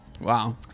Wow